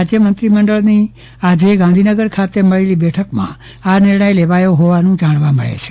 રાજ્ય મંત્રીમંડળની આજે ગાંધીનગર ખાતે મળેલી બેઠકમાં આ નિર્ણય લેવાયો હોવાનું જાણવા મળે છે